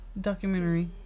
documentary